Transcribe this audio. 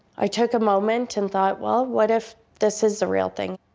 i took a moment and thought, well, what if this is a real thing?